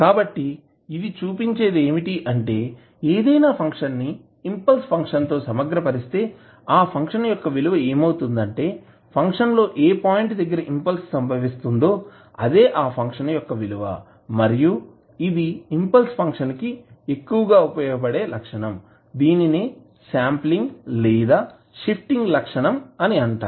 కాబట్టి ఇది చూపించేది ఏమిటి అంటే ఏదైనా ఫంక్షన్ ని ఇంపల్స్ ఫంక్షన్ తో సమగ్ర పరిస్తే ఆ ఫంక్షన్ యొక్క విలువ ఏమవుతుందంటే ఫంక్షన్ లో ఏ పాయింట్ దగ్గర ఇంపల్స్ సంభవిస్తుందో అదే ఆ ఫంక్షన్ యొక్క విలువ మరియు ఇది ఇంపల్స్ ఫంక్షన్ కి ఎక్కువగా ఉపయోగపడే లక్షణం దీని నే శాంప్లింగ్ లేదా షిఫ్టింగ్ లక్షణం అని అంటారు